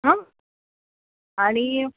हां आणि